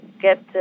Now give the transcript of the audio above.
get